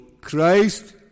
Christ